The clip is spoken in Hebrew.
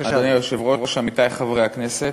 אדוני היושב-ראש, עמיתי חברי הכנסת,